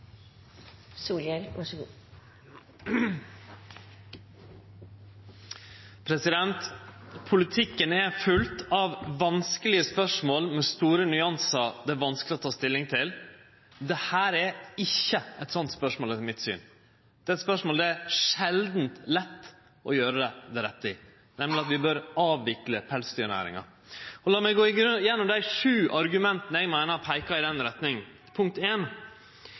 av vanskelege spørsmål med store nyanser som det er vanskeleg å ta stilling til. Dette er ikkje eit slikt spørsmål, etter mitt syn. Dette er eit spørsmål der det er sjeldant lett å gjere det rette, nemleg at vi bør avvikle pelsdyrnæringa. Lat meg gå gjennom dei sju argumenta eg meiner peikar i den retninga: Punkt